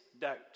doubt